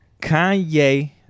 Kanye